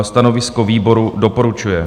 Stanovisko výboru: doporučuje.